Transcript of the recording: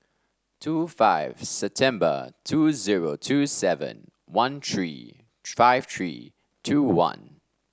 two five September two zero two seven one three five three two one